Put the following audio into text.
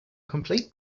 complete